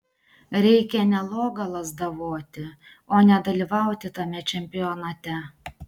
reikia ne logą lazdavoti o nedalyvauti tame čempionate